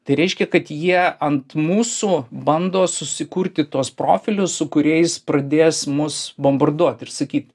tai reiškia kad jie ant mūsų bando susikurti tuos profilius su kuriais pradės mus bombarduot ir sakyt